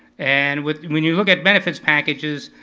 and when when you look at benefits packages,